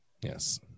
Yes